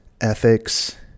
ethics